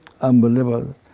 unbelievable